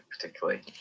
particularly